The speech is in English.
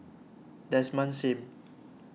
Desmond Sim